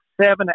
seven